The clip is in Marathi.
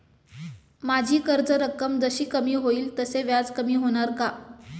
माझी कर्ज रक्कम जशी कमी होईल तसे व्याज कमी होणार का?